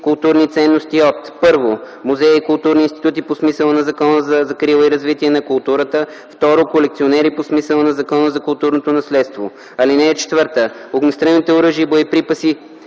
културни ценности от: 1. музеи и културни институти по смисъла на Закона за закрила и развитие на културата; 2. колекционери по смисъла на Закона за културното наследство. (4) Огнестрелните оръжия и боеприпаси